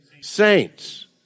Saints